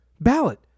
ballot